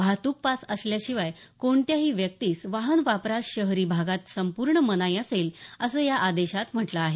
वाहतूक पास असल्याशिवाय कोणत्याही व्यक्तीस वाहन वापरास शहरी भागात संपूर्ण मनाई असेल या आदेशात म्हटलं आहे